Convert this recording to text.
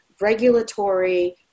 regulatory